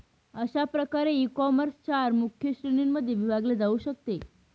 अशा प्रकारे ईकॉमर्स चार मुख्य श्रेणींमध्ये विभागले जाऊ शकते